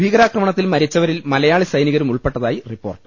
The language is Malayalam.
ഭീകരാക്രമണത്തിൽ മരിച്ചവരിൽ മലയാളി സൈനികരും ഉൾപ്പെട്ടതായി റിപ്പോർട്ട്